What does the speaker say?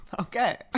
Okay